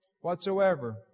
whatsoever